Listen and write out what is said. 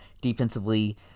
Defensively